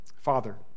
Father